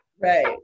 Right